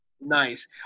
Nice